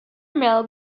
mel